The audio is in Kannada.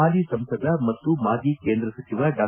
ಹಾಲಿ ಸಂಸದ ಮತ್ತು ಮಾಜಿ ಕೇಂದ್ರ ಸಚಿವ ಡಾ